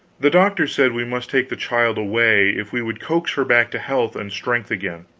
the doctors said we must take the child away, if we would coax her back to health and strength again.